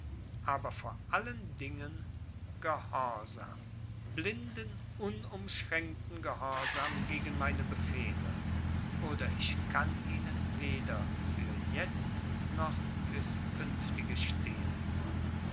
aber vor allen dingen gehorsam blinden unumschränkten gehorsam gegen meine befehle oder ich kann ihnen weder für jetzt noch fürs künftige stehen